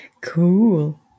Cool